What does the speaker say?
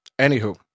anywho